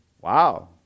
Wow